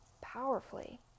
powerfully